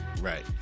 right